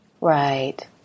Right